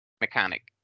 mechanic